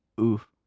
oof